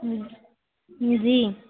جی